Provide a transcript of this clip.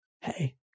Hey